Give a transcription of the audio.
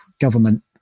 government